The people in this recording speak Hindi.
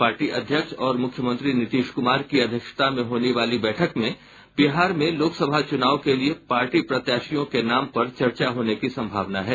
पार्टी अध्यक्ष और मुख्यमंत्री नीतीश कुमार की अध्यक्षता में होने वाली बैठक में बिहार में लोकसभा चुनाव के लिए पार्टी प्रत्याशियों के नाम पर चर्चा होने की सम्भावना है